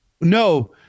no